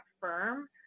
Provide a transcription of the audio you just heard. firm